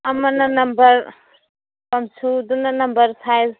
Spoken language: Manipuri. ꯑꯃꯅ ꯅꯝꯕꯔ ꯄꯝ ꯁꯨꯁꯇꯨꯅ ꯅꯝꯕꯔ ꯁꯥꯏꯖ